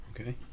Okay